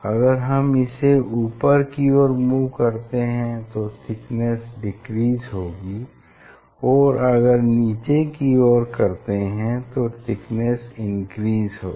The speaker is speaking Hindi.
अगर हम इसे ऊपर की ओर मूव करते हैं तो थिकनेस डिक्रीज़ होगी और अगर नीचे की ओर करते हैं तो थिकनेस इनक्रीज़ होगी